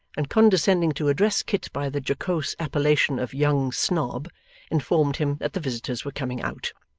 and condescending to address kit by the jocose appellation of young snob informed him that the visitors were coming out.